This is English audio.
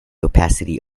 opacity